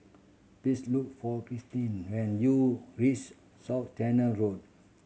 please look for Kristine when you reach South Canal Road